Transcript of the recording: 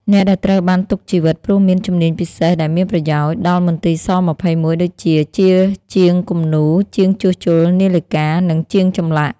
អ្នកដែលត្រូវបានទុកជីវិត ព្រោះមានជំនាញពិសេសដែលមានប្រយោជន៍ ដល់មន្ទីរ ស-២១ ដូចជា ជាជាងគំនូរ ជាងជួសជុលនាឡិកា និងជាងចម្លាក់ ។